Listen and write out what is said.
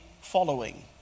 following